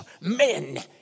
men